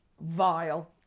vile